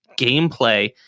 gameplay